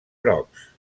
grocs